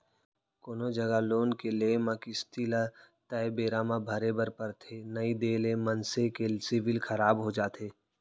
कोनो जघा लोन के लेए म किस्ती ल तय बेरा म भरे बर परथे नइ देय ले मनसे के सिविल खराब हो जाथे